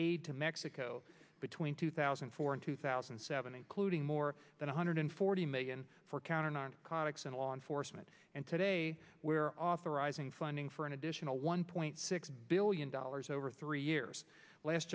aid to mexico between two thousand and four and two thousand and seven including more than one hundred forty million for counter narcotics and law enforcement and today where authorizing funding for an additional one point six billion dollars over three years last